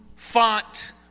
font